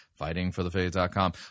FightingForTheFaith.com